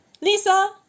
Lisa